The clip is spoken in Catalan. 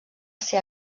ser